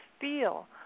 feel